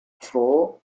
for